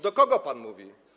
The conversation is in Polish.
Do kogo pan mówi?